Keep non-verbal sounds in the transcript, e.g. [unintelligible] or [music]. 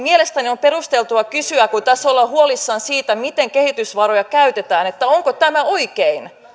[unintelligible] mielestäni on perusteltua kysyä kun tässä ollaan huolissaan siitä miten kehitysvaroja käytetään onko tämä oikein